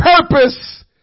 purpose